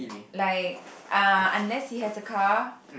like uh unless he has a car